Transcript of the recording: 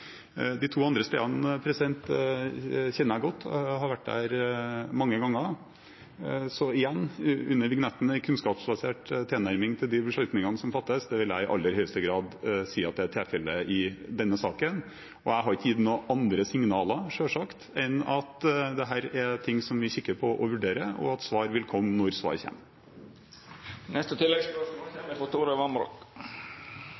De to andre stedene kjenner jeg godt. Jeg har vært der mange ganger. Så igjen, under vignetten for kunnskapsbasert tilnærming til de beslutningene som fattes, vil jeg i aller høyeste grad si at det er tilfelle i denne saken. Jeg har selvsagt ikke gitt noen andre signaler enn at dette er ting vi kikker på og vurderer, og at svar vil komme når svar